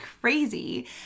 crazy